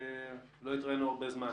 לא התראינו הרבה זמן.